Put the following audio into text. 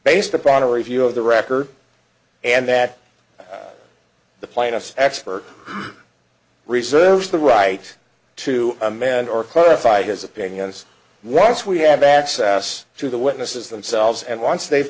based upon a review of the record and that the plaintiff's expert reserves the right to a man or clarified his opinions once we have access to the witnesses themselves and once they've